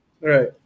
right